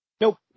Nope